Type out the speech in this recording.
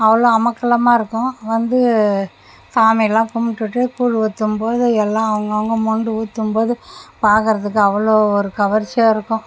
அவ்வளோ அமர்க்களமாக இருக்கும் வந்து சாமி எல்லாம் கும்பிட்டுட்டு கூழ் ஊற்றும்போது எல்லாம் அவங்க அவங்க மொண்டு ஊற்றும்போது பார்க்கறதுக்கு அவ்வளோ ஒரு கவர்ச்சியாக இருக்கும்